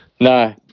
no